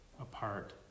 apart